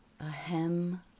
Ahem